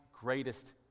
greatest